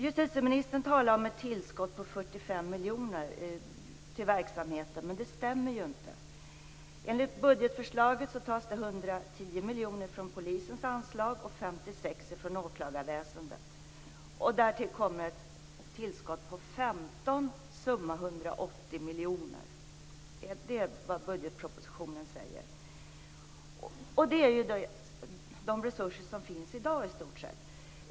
Justitieministern talar om ett tillskott på 45 miljoner till verksamheten, men det stämmer inte. Enligt budgetförslaget tas det 110 miljoner från Polisens anslag och 56 miljoner från åklagarväsendet. Därtill kommer ett tillskott på 15 miljoner. Det ger summan 180 miljoner. Det är vad budgetpropositionen säger. Det är i stort sett de resurser som finns i dag.